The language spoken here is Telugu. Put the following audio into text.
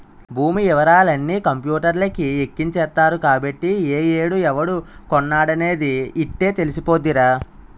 భూమి యివరాలన్నీ కంపూటర్లకి ఎక్కించేత్తరు కాబట్టి ఏ ఏడు ఎవడు కొన్నాడనేది యిట్టే తెలిసిపోద్దిరా